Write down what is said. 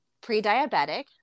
pre-diabetic